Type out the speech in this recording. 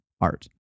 art